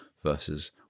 versus